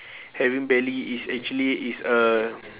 having belly is actually it's a